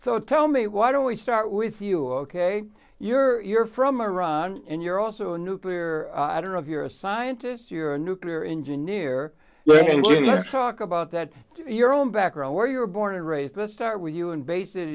so tell me why don't we start with you ok you're from iran and you're also a nuclear i don't know if you're a scientist you're a nuclear engineer let's talk about that your own background where you were born and raised let's start with you and based i